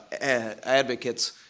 advocates